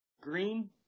Green